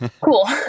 Cool